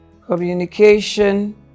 communication